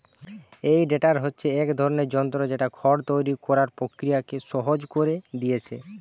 এই টেডার হচ্ছে এক ধরনের যন্ত্র যেটা খড় তৈরি কোরার প্রক্রিয়াকে সহজ কোরে দিয়েছে